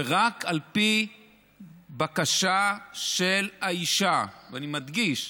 ורק על פי בקשה של האישה, ואני מדגיש: